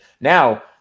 Now